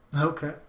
Okay